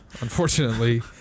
unfortunately